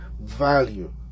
value